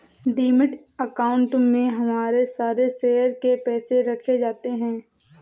demat account में हमारे सारे शेयर के पैसे रखे जाते हैं